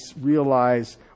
realize